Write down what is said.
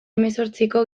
hemezortziko